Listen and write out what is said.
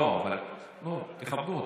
לא, תכבדו אותו,